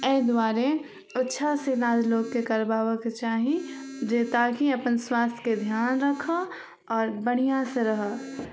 एहि दुआरे अच्छासँ इलाज लोकके करबाबैके चाही जे ताकि अपन स्वास्थ्यके धिआन रखै आओर बढ़िआँसे रहै